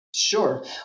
Sure